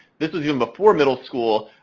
this was even before middle school.